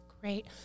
Great